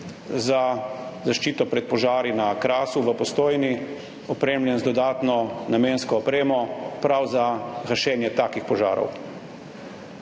za zaščito pred požari na Krasu v Postojni opremljen z dodatno namensko opremo prav za gašenje takih požarov.